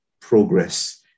progress